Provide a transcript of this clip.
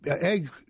egg